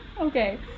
Okay